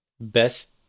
Best